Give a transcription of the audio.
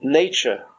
nature